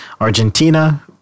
Argentina